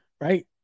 right